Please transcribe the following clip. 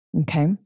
Okay